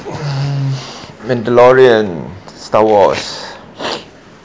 mmhmm mandalorian star wars